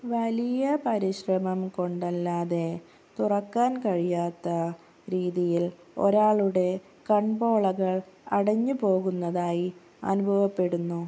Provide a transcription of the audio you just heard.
വലിയ പരിശ്രമം കൊണ്ടല്ലാതെ തുറക്കാൻ കഴിയാത്ത രീതിയിൽ ഒരാളുടെ കൺപോളകൾ അടഞ്ഞു പോകുന്നതായി അനുഭവപ്പെടുന്നു